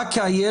רק כי הילד,